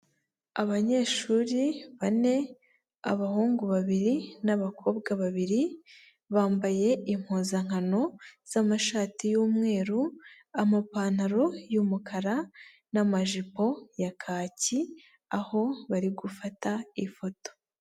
Abanyeshuri bane, abahungu babiri n'abakobwa babiri bambaye impuzankano zamashati y'umweru, amapantaro y'umukara n'amajipo ya kaki aho bari gufata ifoto.